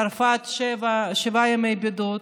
בצרפת שבעה ימי בידוד,